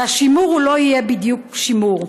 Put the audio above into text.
והשימור לא יהיה בדיוק שימור.